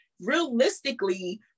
realistically